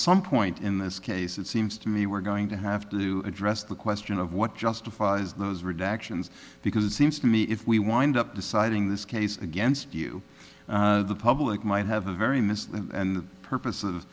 some point in this case it seems to me we're going to have to address the question of what justifies those redactions because it seems to me if we wind up deciding this case against you the public might have a very misled and the purpose of